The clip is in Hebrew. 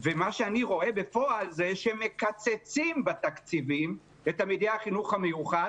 ומה שאני רואה בפועל זה שמקצצים בתקציבים לתלמידי החינוך המיוחד,